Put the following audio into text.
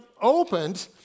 opened